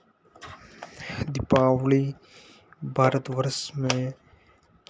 दिपावली भारतवर्ष में